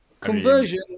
conversion